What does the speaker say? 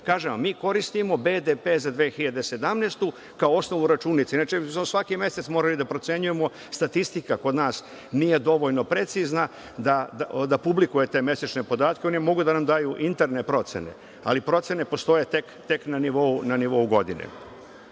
Kažem vam, mi koristimo BDP za 2017. godinu kao osnovu računice. Inače bismo za svaki mesec morali da procenjujemo, statistika kod nas nije dovoljno precizna da publikuje te mesečne podatke. Oni mogu da nam daju interne procene, ali procene postoje tek na nivou godine.U